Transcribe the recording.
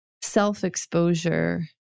self-exposure